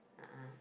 a'ah